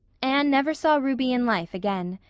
anne never saw ruby in life again.